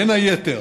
בין היתר,